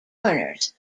corners